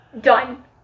Done